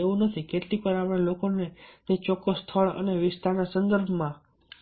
એવું નથી કે કેટલીકવાર આપણે લોકોને તે ચોક્કસ સ્થળ અને વિસ્તારના સંદર્ભ અને